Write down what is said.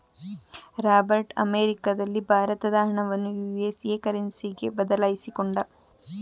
Robert ಅಮೆರಿಕದಲ್ಲಿ ಭಾರತದ ಹಣವನ್ನು ಯು.ಎಸ್.ಎ ಕರೆನ್ಸಿಗೆ ಬದಲಾಯಿಸಿಕೊಂಡ